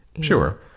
sure